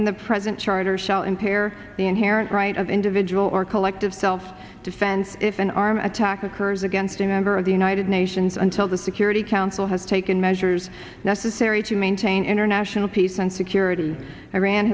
in the present charter shall impair the inherent right of individual or collective self defense if an armed attack occurs against a number of the united nations until the security council has taken measures necessary to maintain international peace and security iran